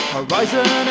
Horizon